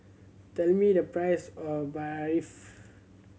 tell me the price of Barfi